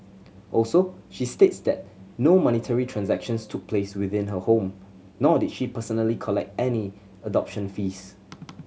also she states that no monetary transactions took place within her home nor did she personally collect any adoption fees